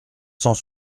cent